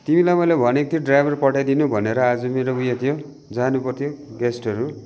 तिमीलाई मैले भनेको थिएँ ड्राइभर पठाइदिनु भनेर आज मेरो उयो थियो जानु पर्थ्यो गेस्टहरू